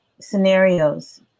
Scenarios